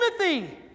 Timothy